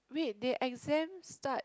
wait they exams start